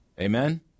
amen